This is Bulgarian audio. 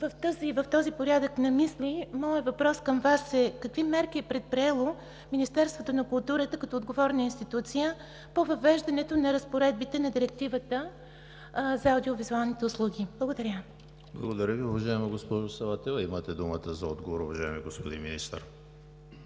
В този порядък на мисли моят въпрос към Вас е: какви мерки е предприело Министерството на културата като отговорна институция по въвеждането на разпоредбите на Директивата за аудио-визуалните услуги? Благодаря. ПРЕДСЕДАТЕЛ ЕМИЛ ХРИСТОВ: Благодаря Ви, уважаема госпожо Саватева. Имате думата за отговор, уважаеми господин Министър.